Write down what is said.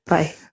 Bye